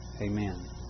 Amen